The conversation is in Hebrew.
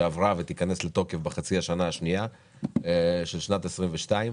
שעברה ותיכנס לתוקף בחצי השני של שנת 2022,